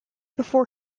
before